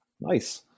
Nice